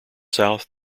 south